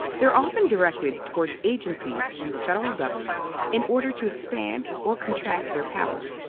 they're often directed towards agencies in the federal government in order to expand or contract their power.